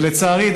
לצערי,